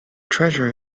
treasure